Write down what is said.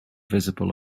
visible